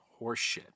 horseshit